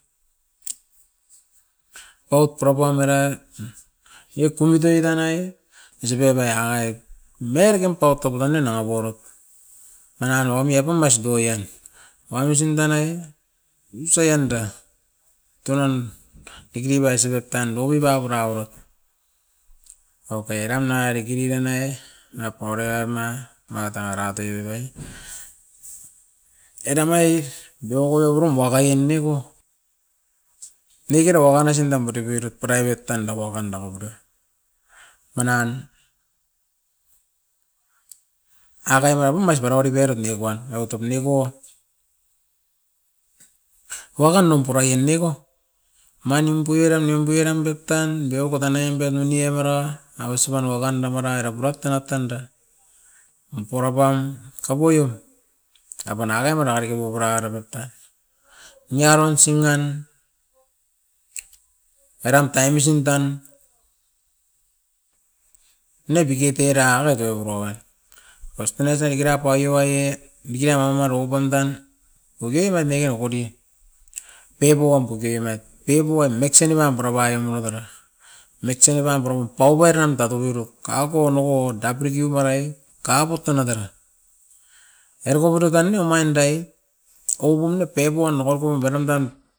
Apaup pura paup merai ne kurude danai osip pe aip, berkim paut tovine na aboro manan ami apam masdoi ian. Aus inda nai usai anda tunan diki dibai sebep pando ibabura bura, aroke dan na diki di danai rapau rerama matau ratoivive, eda mai biokoborom wa kain ni neko, nengeke rau wawanisin nam pura piret purai pet tanda wakan da wabera. Manan akain na pum mas bara ri perot nikuan eva top neko, wakan num purain neko omain nimpuiran nimpuiran datan bioko tanen bio no ni avera, awasi wanuaban da mara era burak danga tanda. Apuara pan kavoion, eva nan eva na neko wapara rabut tan, niaron singan eram taim u sing tan, ne pike tera ave tio avere wak. Was tan aisai girap aiwai ie, dikira oma no pan tan, oke man ne okodi pepowam puki emait, pepowam meksen i mam purapai omua tera, meksen imam purun pauvairan tatukuruk ako noko daprikiu parai kabut tena deran. Ereko boro tanei omain dai oum ne peboan ne kauko baram dan.